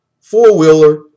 four-wheeler